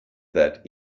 that